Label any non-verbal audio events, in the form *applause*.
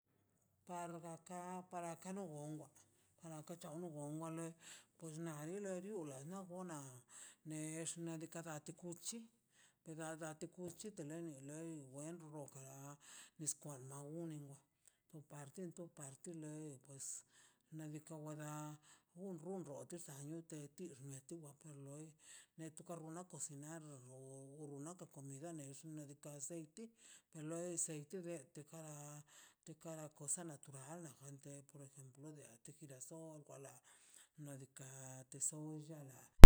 Pardakan para nogongon achiko wan walei pues nadile riowole na nex nadika latikuchi per da ko kuchi tenin loi wen rokan *unintelligible* nadika wada rundo skadan untitenex tukan ka runnan kocinar rruna komida nex nadika nekz leinti to loi aceite para tekara cosa natural de por ejemplo nadika girasol wa la nadika teso lliala